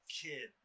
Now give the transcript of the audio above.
kid